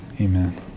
Amen